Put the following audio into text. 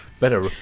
Better